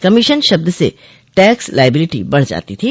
commission शब्द से tax liability बढ़ जाती थी